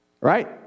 Right